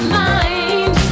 mind